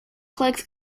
collects